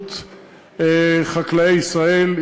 התאחדות חקלאי ישראל,